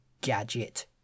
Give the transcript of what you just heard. gadget